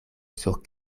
sur